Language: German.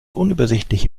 unübersichtliche